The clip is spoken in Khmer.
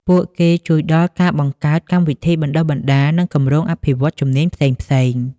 ពួកគេជួយដល់ការបង្កើតកម្មវិធីបណ្តុះបណ្តាល និងគម្រោងអភិវឌ្ឍន៍ជំនាញផ្សេងៗ។